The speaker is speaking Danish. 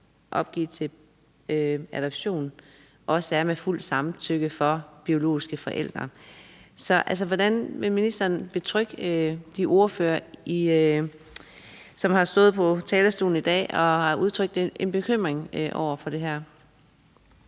overgivet til adoption, sker med fuld samtykke fra de biologiske forældres side. Altså, hvordan vil ministeren betrygge de ordførere, som har stået på talerstolen i dag og udtrykt en bekymring over for det her?